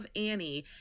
Annie